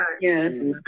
Yes